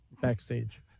backstage